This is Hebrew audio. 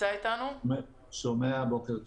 שמעת